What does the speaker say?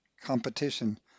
competition